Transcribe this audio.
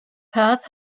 path